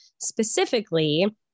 specifically